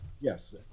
Yes